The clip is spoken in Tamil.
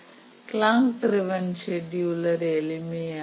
க்ளாக் ட்ரிவன் செடியுலர் எளிமையானது